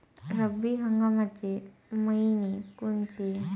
रब्बी हंगामाचे मइने कोनचे?